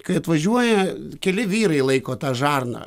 kai atvažiuoja keli vyrai laiko tą žarną